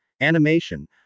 animation